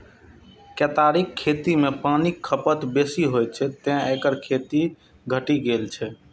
केतारीक खेती मे पानिक खपत बेसी होइ छै, तें एकर खेती घटि गेल छै